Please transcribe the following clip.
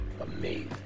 Amazing